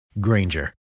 Granger